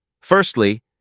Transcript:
Firstly